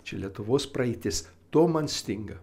čia lietuvos praeitis to man stinga